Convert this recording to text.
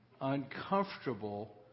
uncomfortable